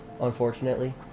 unfortunately